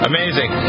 Amazing